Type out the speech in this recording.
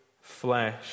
flesh